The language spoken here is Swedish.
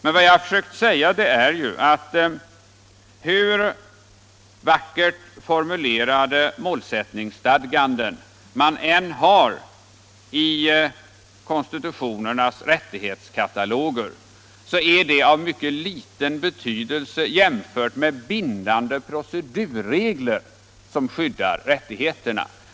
Men vad jag försökt säga är ju att hur vackert formulerade målsättningsstadganden man än har i konstitutionernas rättskataloger, så är de av mycket liten betydelse jämfört med bindande procedurregler som skyddar rättigheterna.